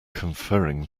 conferring